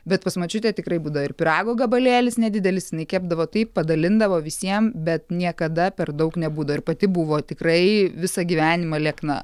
bet pas močiutę tikrai būdo ir pyrago gabalėlis nedidelis jinai kepdavo taip padalindavo visiems bet niekada per daug nebūdavo ir pati buvo tikrai visą gyvenimą liekna